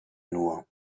nur